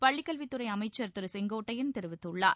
பள்ளிக்கல்வித்துறை அமைச்சர் திரு செங்கோட்டையள் தெரிவித்துள்ளார்